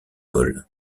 paul